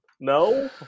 No